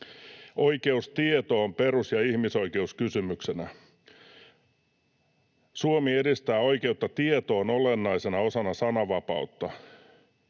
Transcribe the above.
”Oikeus tietoon perus- ja ihmisoikeuskysymyksenä. Suomi edistää oikeutta tietoon olennaisena osana sananvapautta.